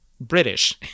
British